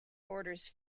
borders